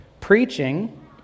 preaching